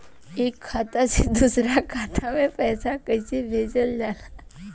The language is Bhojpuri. एक खाता से दूसरा खाता में पैसा कइसे भेजल जाला?